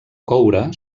coure